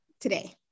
today